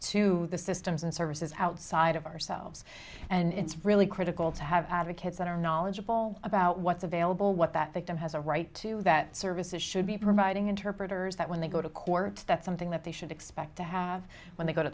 to the systems and services outside of ourselves and it's really critical to have advocates that are knowledgeable about what's available what that victim has a right to that services should be providing interpreters that when they go to court that's something that they should expect to have when they go to